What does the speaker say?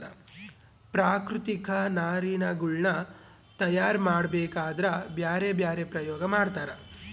ಪ್ರಾಕೃತಿಕ ನಾರಿನಗುಳ್ನ ತಯಾರ ಮಾಡಬೇಕದ್ರಾ ಬ್ಯರೆ ಬ್ಯರೆ ಪ್ರಯೋಗ ಮಾಡ್ತರ